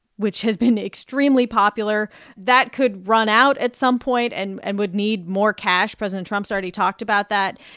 which has been extremely popular that could run out at some point and and would need more cash. president trump's already talked about that.